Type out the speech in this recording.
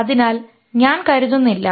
അതിനാൽ ഞാൻ കരുതുന്നില്ല